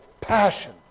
passion